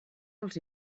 els